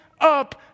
up